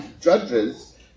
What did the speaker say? Judges